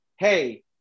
hey